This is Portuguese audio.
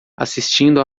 assistindo